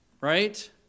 Right